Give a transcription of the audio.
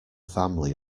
family